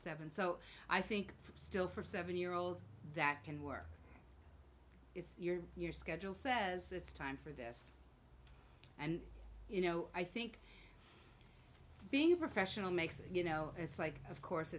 seven so i think still for seven year olds that can work it's your your schedule says it's time for this and you know i think being a professional makes it you know it's like of course